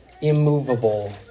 immovable